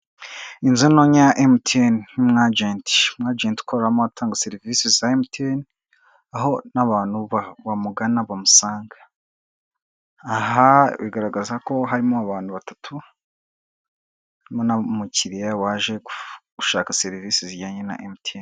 Inzu ntonya ya MTN n'umu ajenti, umu ajenti ukoreramo atanga serivise za MTN aho n'abantu bamugana bamusanga, aha bigaragaza ko harimo abantu batatu, harimo n'umukiriya waje gushaka serivise zijyanye na MTN.